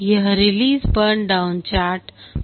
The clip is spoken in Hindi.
यह रिलीज बर्न डाउन चार्ट है